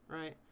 right